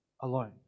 alone